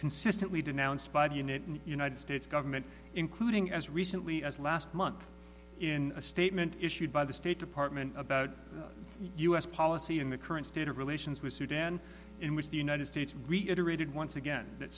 consistently denounced by the unit and united states government including as recently as last month in a statement issued by the state department about u s policy in the current state of relations with sudan in which the united states reiterated once again that